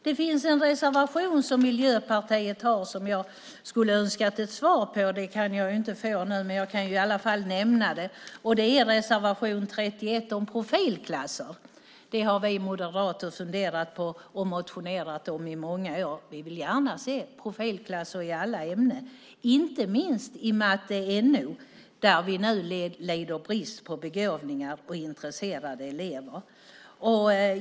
Det finns en reservation från Miljöpartiet som jag skulle önska en kommentar om. Det kan jag inte få nu, men jag kan i alla fall nämna det. Det gäller reservation 31 om profilklasser. Det har vi moderater funderat på och motionerat om i många år. Vi vill gärna se profilklasser i alla ämnen, inte minst i matte och NO, där vi nu lider brist på begåvningar och intresserade elever.